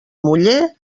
muller